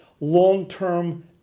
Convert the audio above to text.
long-term